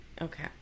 Okay